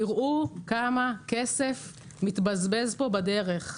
תראו כמה כסף מתבזבז פה בדרך.